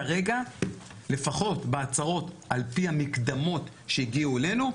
כרגע לפחות בהצהרות על פי המקדמות שהגיעו אלינו,